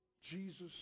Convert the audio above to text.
Jesus